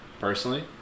Personally